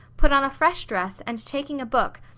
put on a fresh dress and taking a book,